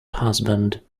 husband